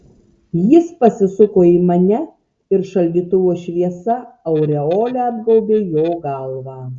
jis pasisuko į mane ir šaldytuvo šviesa aureole apgaubė jo galvą